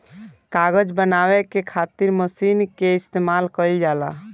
कागज बनावे के खातिर मशीन के इस्तमाल कईल जाला